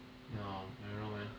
ya I don't know man